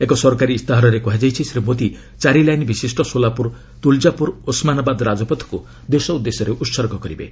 ଏକ ସରକାରୀ ଇସ୍ତାହାରରେ କୁହାଯାଇଛି ଶ୍ରୀ ମୋଦି ଚାରି ଲାଇନ୍ ବିଶିଷ୍ଟ ସୋଲାପୁର ତୁଲଜାପୁର ଓସମାନାବାଦ୍ ରାଜପଥକୁ ଦେଶ ଉଦ୍ଦେଶ୍ୟରେ ଉତ୍ସର୍ଗ କରିବେ